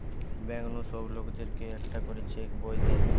bank নু সব লোকদের কে একটা করে চেক বই দে